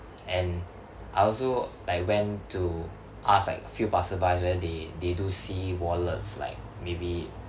and I also like went to ask like a few passer-bys whether they they do see wallets like maybe